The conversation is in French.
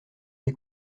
les